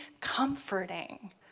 comforting